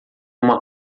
uma